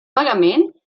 pagament